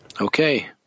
Okay